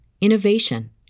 innovation